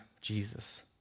Jesus